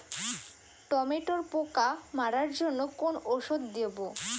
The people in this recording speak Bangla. টমেটোর পোকা মারার জন্য কোন ওষুধ দেব?